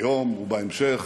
היום ובהמשך,